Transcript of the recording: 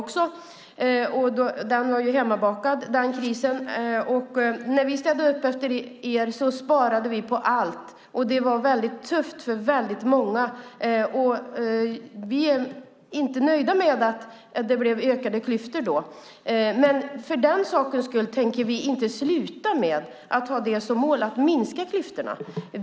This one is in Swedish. Den krisen var hemmabakad. När vi städade upp efter er sparade vi på allt. Det var tufft för många. Vi är inte nöjda med att det blev ökade klyftor då, men för den sakens skull tänker vi inte sluta att ha som mål att minska klyftorna.